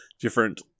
different